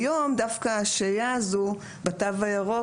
היום דווקא השהייה הזו בתו הירוק,